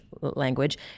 language